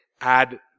add